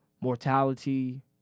mortality